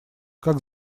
как